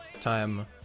time